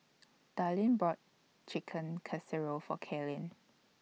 Darline bought Chicken Casserole For Kaelyn